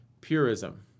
Purism